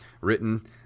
written